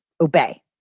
obey